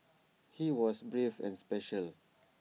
he was brave and special